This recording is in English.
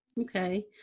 Okay